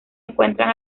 encuentran